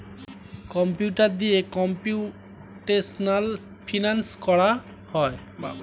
computer দিয়ে computational finance করা হয়